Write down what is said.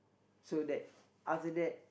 so that other that